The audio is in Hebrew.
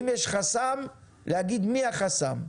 אם יש חסם, להגיד מי החסם.